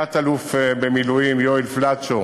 תת-אלוף במילואים יואל פלדשו